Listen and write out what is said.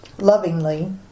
Lovingly